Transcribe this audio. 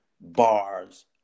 bars